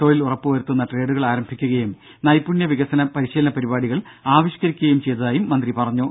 തൊഴിൽ ഉറപ്പു വരുത്തുന്ന ട്രേഡുകൾ ആരംഭിക്കുകയും നൈപുണ്യ വികസന പരിശീലന പരിപാടികൾ ആവിഷ്ക്കരിക്കുകയും ചെയ്തതായും മന്ത്രി അറിയിച്ചു